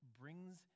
brings